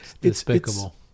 Despicable